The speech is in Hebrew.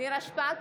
נירה שפק,